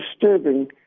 disturbing